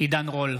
עידן רול,